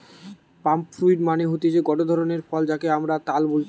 পাম fruit মানে হতিছে গটে ধরণের ফল যাকে আমরা তাল বলতেছি